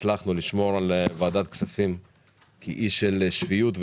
הצלחנו לשמור על ועדת כספים כאי של שפיות,